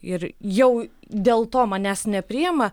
ir jau dėl to manęs nepriima